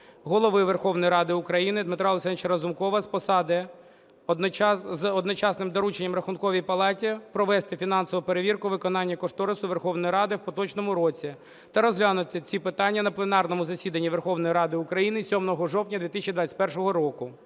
Голови Верховної Ради України Дмитра Олександровича Разумкова з посади з одночасним дорученням Рахунковій палаті провести фінансову перевірку виконання кошторису Верховної Ради в поточному році, та розглянути ці питання на пленарному засіданні Верховної Ради України 7 жовтня 2021 року.